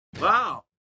Wow